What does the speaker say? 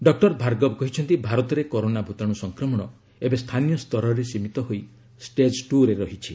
doctor Bhargava କହିଛନ୍ତି ଭାରତରେ corona ଭୂତାଣୁ ସଂକ୍ରମଣ ଏବେ ସ୍ଥାନୀୟ ସ୍ତରରେ ସୀମିତ ହୋଇ ଷ୍ଟେଜ୍ ଟ୍ର ରେ ରହିଛି